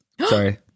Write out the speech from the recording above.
sorry